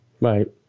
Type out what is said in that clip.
Right